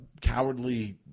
cowardly